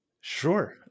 Sure